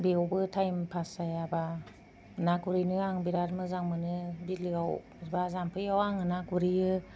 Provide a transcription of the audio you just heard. बेयावबो time pass जायाबा ना गुरहैयो आं बिराद मोजां मोनो बिलोआव बा जामफैआव आं ना गुरहैयो